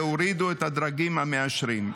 והורידו את הדרגים המאשרים.